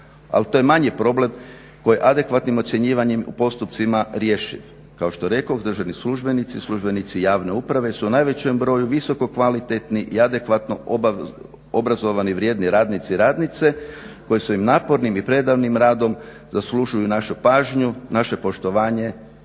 ali to je manji problem koji je adekvatnim ocjenjivanjem u postupcima rješiv. Kao što rekoh državni službenici, službenici javne uprave su u najvećem broju visoko kvalitetni i adekvatno obrazovani vrijedni radnici, radnice koji svojim napornim i predanim radom zaslužuju našu pažnju, naše poštovanje